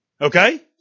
Okay